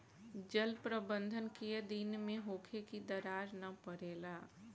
जल प्रबंधन केय दिन में होखे कि दरार न परेला?